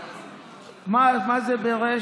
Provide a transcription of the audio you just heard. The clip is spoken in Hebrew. מה זה ברי"ש?